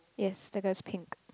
yes then that's pink